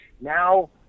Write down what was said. Now